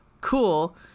cool